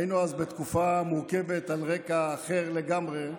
היינו אז בתקופה מורכבת על רקע אחר לגמרי,